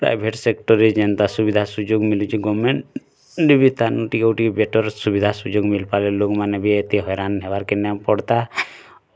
private ସେକ୍ଟର୍ରେ ଯେନ୍ତା ସୁବିଧା ସୁଯୋଗ ମିଲୁଛି ଗଭର୍ଣ୍ଣମେଣ୍ଟ ନେଇ ବି ତାର୍ ବେଟର୍ ସୁବିଧା ସୁଯୋଗ ମିଲ୍ ପାରିଲେ ଲୋକ୍ ମାନେ ବି ଏତେ ହଇରାଣ ହେବାର୍ କେ ନାଇଁ ପଡତା